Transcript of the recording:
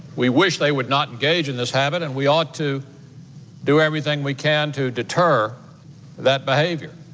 we wish they would not engage in this habit, and we ought to do everything we can to deter that behavior.